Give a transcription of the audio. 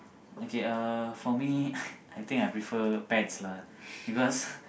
okay uh for me I think I prefer pets lah because